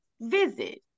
visit